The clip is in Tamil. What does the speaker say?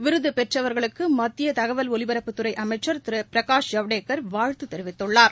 விருது பெற்றவர்களுக்கு மத்திய தகவல் ஒலிபரப்புத்துறை அமைச்ச் திரு பிரகாஷ் ஜவடேக்கர் வாழ்த்து தெரிவித்துள்ளார்